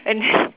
and then